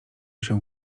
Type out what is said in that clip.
się